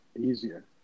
Easier